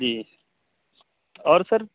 جی اور سر